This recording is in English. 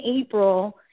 April